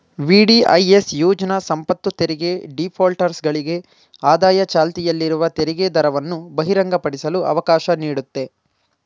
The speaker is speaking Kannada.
ವಿ.ಡಿ.ಐ.ಎಸ್ ಯೋಜ್ನ ಸಂಪತ್ತುತೆರಿಗೆ ಡಿಫಾಲ್ಟರ್ಗಳಿಗೆ ಆದಾಯ ಚಾಲ್ತಿಯಲ್ಲಿರುವ ತೆರಿಗೆದರವನ್ನು ಬಹಿರಂಗಪಡಿಸಲು ಅವಕಾಶ ನೀಡುತ್ತೆ